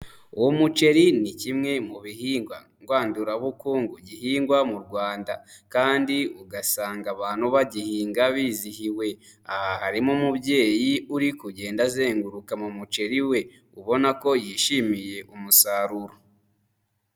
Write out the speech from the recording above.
Umuceri ni kimwe mu bihingwa ngandurabukungu gihingwa mu Rwanda kandi ugasanga abantu bagihinga bizihiwe, aha harimo umubyeyi uri kugenda azenguruka mu muceri we, ubona ko yishimiye umusaruro.